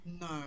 no